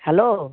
hello